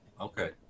Okay